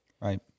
Right